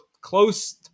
close